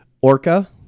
Orca